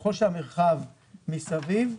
וככל שהמרחב מסביב,